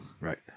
right